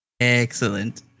excellent